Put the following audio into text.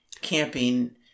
camping